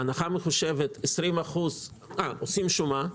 עושים שומה.